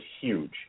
huge